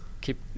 keep